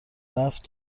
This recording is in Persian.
رفت